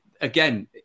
Again